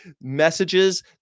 messages